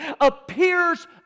appears